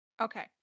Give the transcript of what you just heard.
Okay